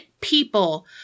people